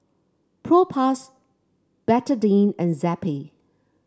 Propass Betadine and Zappy